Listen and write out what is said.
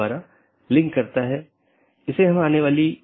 जब ऐसा होता है तो त्रुटि सूचना भेज दी जाती है